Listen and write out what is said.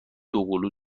دوقلو